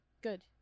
Good